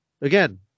again